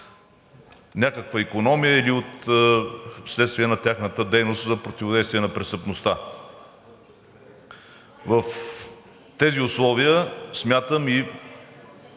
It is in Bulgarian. някаква икономия или вследствие на тяхната дейност за противодействие на престъпността. В тези условия смятам и